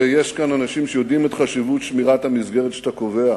ויש כאן אנשים שיודעים את החשיבות של שמירת המסגרת שאתה קובע.